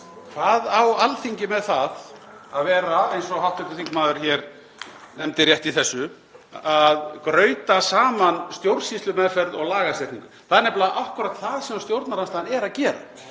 Hvað á Alþingi með það að vera, eins og hv. þingmaður nefndi rétt í þessu, að grauta saman stjórnsýslumeðferð og lagasetningu? Það er nefnilega akkúrat það sem stjórnarandstaðan er að gera,